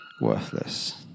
worthless